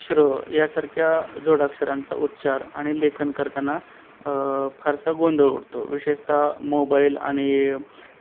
श्र यासारख्या जोडाक्षरांचा उच्चार आणि लेखन करताना फारसा गोंंधळ उडतो विशेषतः मोबाईल आणि